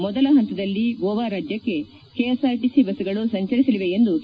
ಮೊದಲ ಹಂತದಲ್ಲಿ ಗೋವಾ ರಾಜ್ಯಕ್ಕೆ ಕೆಎಸ್ಆರ್ಟಿಸಿ ಬಸ್ಗಳು ಸಂಚರಿಸಲಿವೆ ಎಂದು ಕೆ